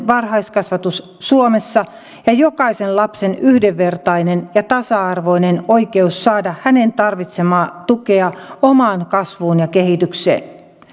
varhaiskasvatus suomessa ja jokaisen lapsen yhdenvertainen ja tasa arvoinen oikeus saada tarvitsemaansa tukea omaan kasvuun ja kehitykseen